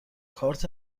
کارت